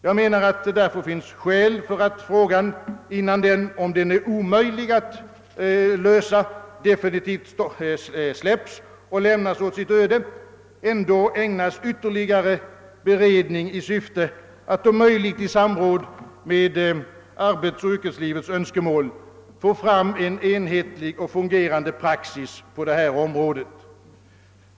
Jag menar att det därför finns skäl för att frågan, innan den — om den är omöjlig att lösa — definitivt släpps och lämnas åt sitt öde, ändå ägnas ytterligare bercdning med syfte att i samråd med arbetsoch yrkeslivets företrädare få fram en enhetlig och fungerande praxis på detta område.